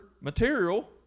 material